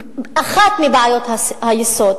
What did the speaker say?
אחת מבעיות היסוד